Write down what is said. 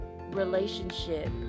relationship